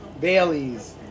Bailey's